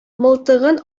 мылтыгын